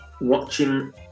watching